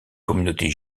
communauté